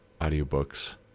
audiobooks